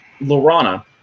Lorana